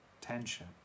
tension